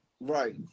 Right